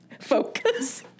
focus